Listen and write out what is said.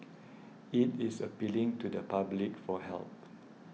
it is appealing to the public for help